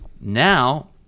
now